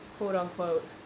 quote-unquote